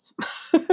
Yes